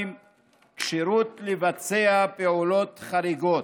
(כשירות לבצע פעולות חריגות),